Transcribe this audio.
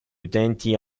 utenti